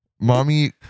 Mommy